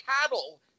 cattle